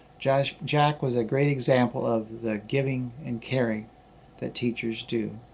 jack jack was a great example of the giving and caring that teachers do.